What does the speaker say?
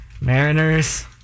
Mariners